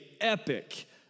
epic